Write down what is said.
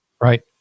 Right